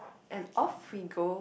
and off we go